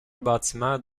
bâtiments